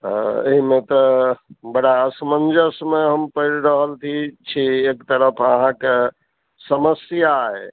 हाँ एहिमे तऽ बड़ा असमञ्जसमऽ हम पड़ि रहल थी छी एक तरफ अहाँक समस्या अइ